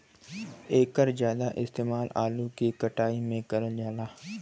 एकर जादा इस्तेमाल आलू के कटाई में करल जाला